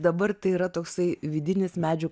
dabar tai yra toksai vidinis medžių